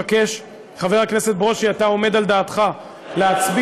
חבר הכנסת ברושי, אתה עומד על דעתך להצביע?